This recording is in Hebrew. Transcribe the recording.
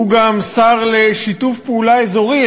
הוא גם השר לשיתוף פעולה אזורי,